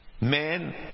Men